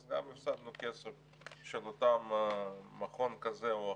אז גם הפסדנו כסף של אותו מכון כזה או אחר,